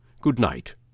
Good-night